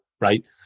right